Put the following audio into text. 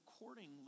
accordingly